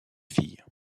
fille